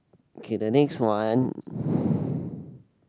okay the next one